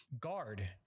guard